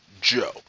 Joe